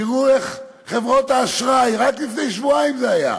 תראו איך חברות האשראי, רק לפני שבועיים זה היה,